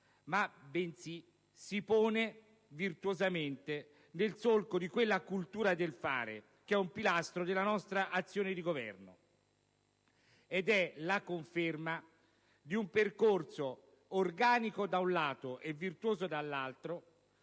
ma perchè si pone virtuosamente nel solco di quella cultura del fare che è un pilastro della nostra azione di governo ed è la conferma di un percorso organico, da un lato, e virtuoso dall'altro.